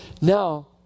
Now